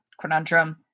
conundrum